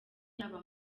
yaba